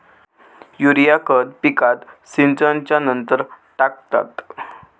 urea खत पिकात सिंचनच्या नंतर टाकतात